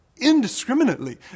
indiscriminately